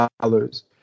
dollars